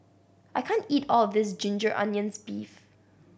I can't eat all of this ginger onions beef